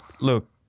look